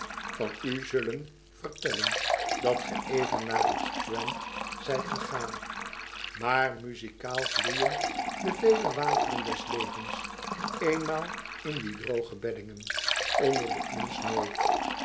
van u zullen vertellen dat ge even naar t strand zijt gegaan maar muzikaal vloeiden de vele wateren des levens eenmaal in die droge beddingen onder de inns nooit